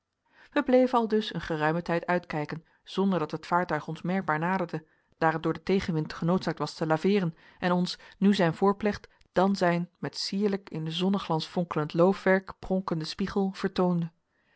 wij bleven aldus een geruimen tijd uitkijken zonder dat het vaartuig ons merkbaar naderde daar het door den tegenwind genoodzaakt was te laveeren en ons nu zijn voorplecht dan zijn met sierlijk in den zonneglans fonkelend loofwerk pronkenden spiegel vertoonde